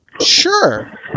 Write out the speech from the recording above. sure